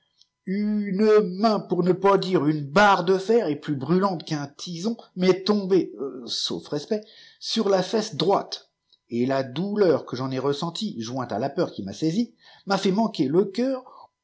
une main pour ne pas dire une barre de fer çi plus brûlante qu'un tison m'est tombée sauf respect sur la fesse droite et la douleur que j'en ai ressentie joinu la peur qui m'a saisi m'a fait manquer le cœur